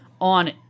on